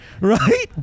right